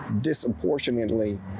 disproportionately